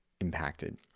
impacted